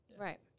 Right